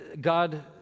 God